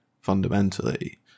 fundamentally